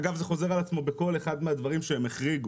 אגב, זה חוזר על עצמו בכל אחד מהדברים שהם החריגו.